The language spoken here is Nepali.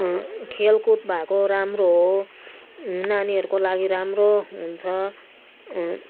खेलकुद भएको राम्रो हो नानीहरूको लागि राम्रो हुन्छ